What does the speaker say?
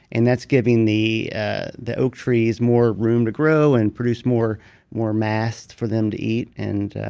and that's giving the ah the oak trees more room to grow, and produce more more mass for them to eat, and.